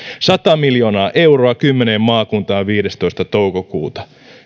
sata miljoonaa euroa kymmeneen maakuntaan viidestoista toukokuuta